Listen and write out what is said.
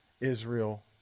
Israel